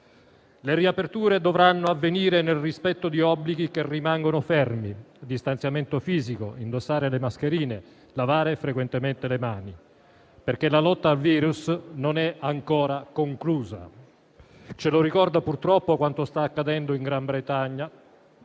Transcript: Le riaperture dovranno avvenire nel rispetto di obblighi che rimangono fermi (distanziamento fisico, indossare le mascherine, lavare frequentemente le mani), perché la lotta al virus non è ancora conclusa, e ce lo ricorda purtroppo quanto sta accadendo in Gran Bretagna,